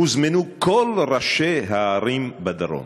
הוזמנו כל ראשי הערים בדרום,